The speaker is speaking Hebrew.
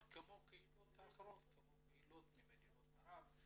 כמו קהילות אחרות, כמו קהילות ממדינות ערב.